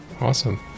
awesome